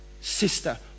sister